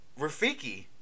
rafiki